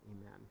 Amen